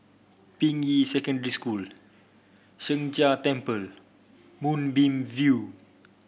Ping Yi Secondary School Sheng Jia Temple Moonbeam View